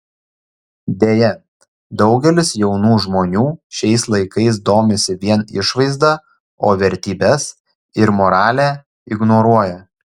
deja daugelis jaunų žmonių šiais laikais domisi vien išvaizda o vertybes ir moralę ignoruoja